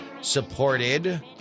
supported